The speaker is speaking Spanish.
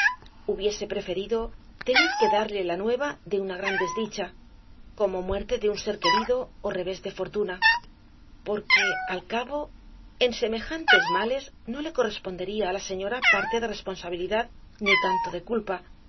hubiese preferido tener que darle la nueva de una gran desdicha como muerte de un ser querido ó revés de fortuna porque al cabo en semejantes males no le correspondería á la señora parte de responsabilidad ni tanto de culpa